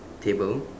table